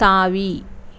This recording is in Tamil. தாவி